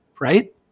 right